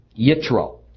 Yitro